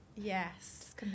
Yes